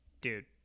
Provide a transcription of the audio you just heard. Dude